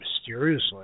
mysteriously